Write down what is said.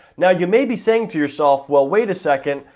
now, you may be saying to yourself well, wait a second,